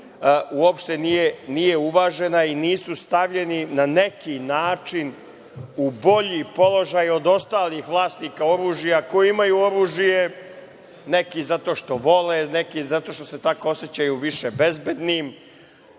uopšte nije uvažena i nisu stavljeni na neki način u bolji položaj od ostalih vlasnika oružja koji imaju oružje neki zato što vole, neki zato što se tako osećaju više bezbednim